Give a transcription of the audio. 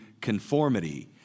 conformity